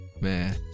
man